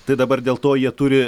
tai dabar dėl to jie turi